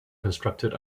constructed